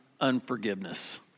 unforgiveness